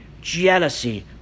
jealousy